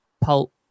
Pulp